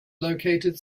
located